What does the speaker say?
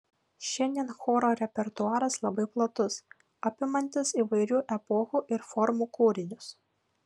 šiandien choro repertuaras labai platus apimantis įvairių epochų ir formų kūrinius